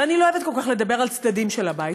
ואני לא אוהבת כל כך לדבר על צדדים של הבית,